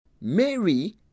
Mary